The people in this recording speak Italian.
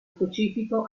specifico